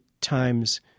times